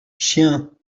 chien